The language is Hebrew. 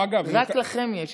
רק לכם יש.